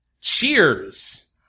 Cheers